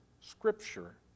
scripture